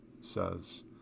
says